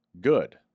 Good